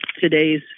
today's